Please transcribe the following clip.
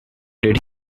did